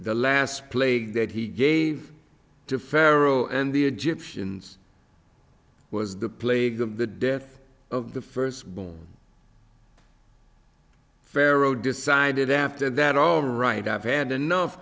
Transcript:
the last plague that he gave to pharaoh and the egyptians was the plague of the death of the firstborn pharaoh decided after that all right i've had enough